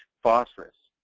phosphorous,